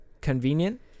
convenient